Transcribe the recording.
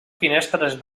finestres